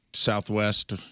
Southwest